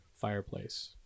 fireplace